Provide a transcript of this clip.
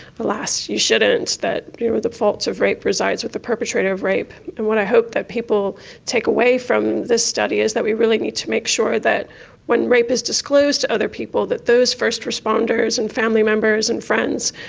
but alas you shouldn't, that the faults of rape resides with the perpetrator of rape. and what i hope that people take away from this study is that we really need to make sure that when rape is disclosed to other people, that those first responders and family members and friends,